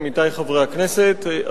עמיתי חברי הכנסת,